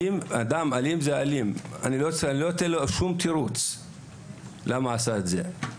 אדם אלים אני לא נותן לו שום תירוץ למה הוא עשה את זה.